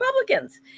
Republicans